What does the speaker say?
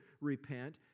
repent